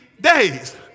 days